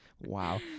Wow